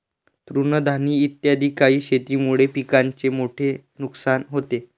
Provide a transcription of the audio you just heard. तृणधानी इत्यादी काही शेतीमुळे पिकाचे मोठे नुकसान होते